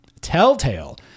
Telltale